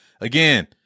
Again